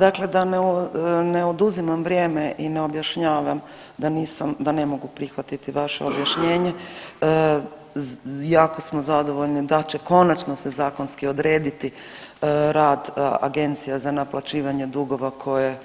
Dakle, da ne oduzimam vrijeme i da ne objašnjavam da ne mogu prihvatiti vaše objašnjenje jako smo zadovoljni da će konačno se zakonski odrediti rad Agencija za naplaćivanje dugova koje